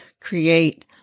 create